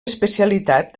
especialitat